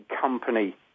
company